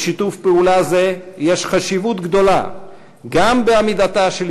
לשיתוף פעולה זה יש חשיבות גדולה גם בעמידתה של